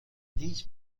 these